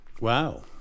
wow